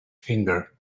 finger